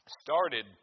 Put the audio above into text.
started